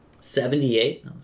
Seventy-eight